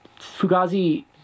Fugazi